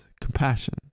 compassion